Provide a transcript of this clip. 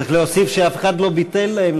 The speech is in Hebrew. צריך להוסיף שאף אחד לא ביטל להם,